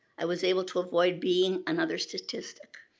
i was able to avoid being another statistic.